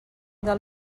del